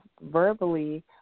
verbally